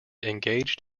engaged